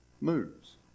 moves